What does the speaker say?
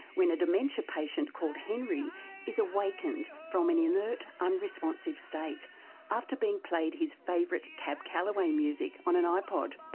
when a dementia patient called henry is awakened from an inert unresponsive state after being played his favourite cab calloway music on an ipod.